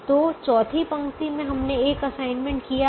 तो चौथी पंक्ति में हमने एक असाइनमेंट किया है